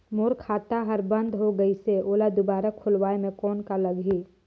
मोर खाता हर बंद हो गाईस है ओला दुबारा खोलवाय म कौन का लगही?